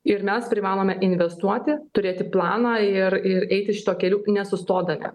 ir mes privalome investuoti turėti planą ir ir eiti šituo keliu nesustodami